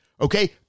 okay